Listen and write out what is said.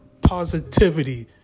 positivity